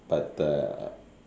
but the